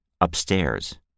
Upstairs